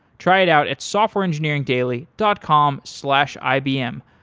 try it out at softwareengineeringdaily dot com slash ibm.